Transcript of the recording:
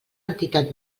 entitat